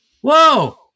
Whoa